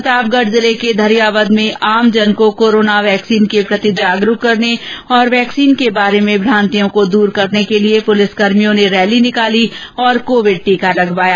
प्रतापगढ़ जिले के धरियावद में आमजन को कोरोना वैक्सीन के प्रति जागरुक करने और वैक्सीन के बारे में भ्रांतियों को दूर करने के लिए पुलिसकर्भियों ने रैली निकाली और कोविड टीका लगवाया